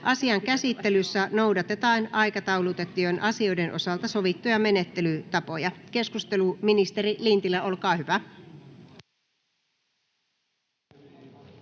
Asian käsittelyssä noudatetaan aikataulutettujen asioiden osalta sovittuja menettelytapoja. — Keskustelu, ministeri Paatero, olkaa hyvä.